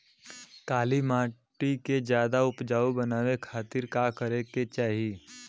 काली माटी के ज्यादा उपजाऊ बनावे खातिर का करे के चाही?